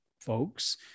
folks